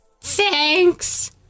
Thanks